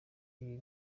iri